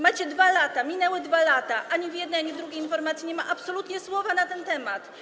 Mieliście 2 lata, minęły 2 lata i ani w jednej, ani w drugiej informacji nie ma absolutnie słowa na ten temat.